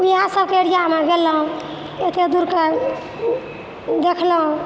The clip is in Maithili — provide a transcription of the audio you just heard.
वएहसबके एरियामे गेलौँ एतेक दूरके देखलौँ